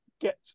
get